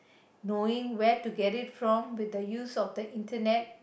knowing where to get it from with the use of the Internet